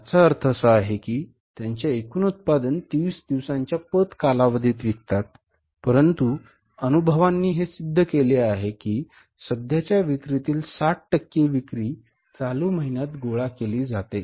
याचा अर्थ असा की ते त्यांचे एकूण उत्पादन 30 दिवसांच्या पत कालावधीत विकतात परंतु अनुभवांनी हे सिद्ध केले आहे की सध्याच्या विक्रीतील 60 टक्के विक्री चालू महिन्यात गोळा केली जाते